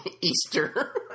Easter